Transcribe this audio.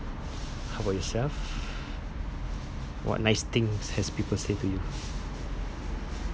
how about yourself what nice things has people say to you